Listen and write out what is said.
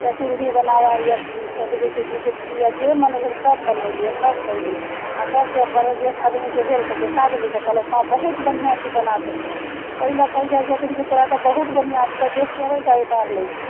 या सिन्धी बनाबय या कथी कहैत छै दू सुत्ती या जे मन भेल सभ बनयली आ सभ कयली आ कऽ कऽ बड़ जेठ आदमीके भेल तऽ देखा देली तऽ कहलक हँ बहुत बढ़िआँ तू बना सकै ओहि लेल कहै जाइत छथिन कि तोरा तऽ बहुत बढ़िआँ तू तऽ देखि कऽ अबैत छह उतारि लैत छह